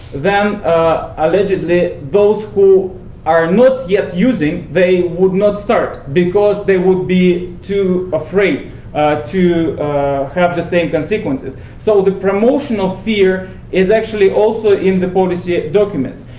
then allegedly, those who are not yet using, they will not start because they will be too afraid to have the same consequences. so the promotion of fear is actually also in the policy ah documents.